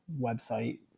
website